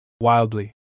Wildly